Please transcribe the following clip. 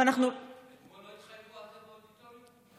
אתמול לא התחייבו לזה באודיטוריום?